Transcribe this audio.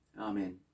amen